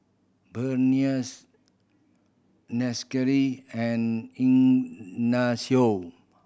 Berniece Nichelle and Ignacio